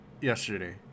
yesterday